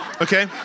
okay